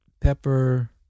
pepper